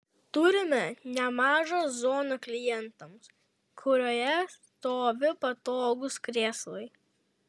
turime nemažą zoną klientams kurioje stovi patogūs krėslai